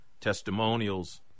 Testimonials